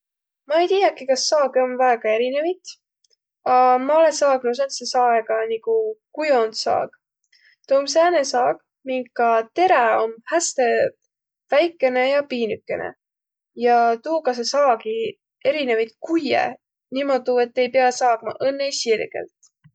Ma-i tiiäkiq, kas saagõ om väega erinevit, a ma olõ saag'nuq sääntse saega nigu kujondsaag. Tuu om sääne saag, minka terä om häste väikene ja piinükene. Ja tuuga saa saagiq erinevit kujjõ niimoodu, et piäq saagma õnnõ sirgelt.